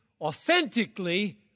authentically